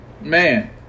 man